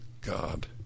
God